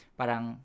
parang